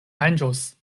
manĝos